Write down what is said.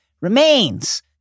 remains